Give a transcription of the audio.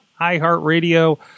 iHeartRadio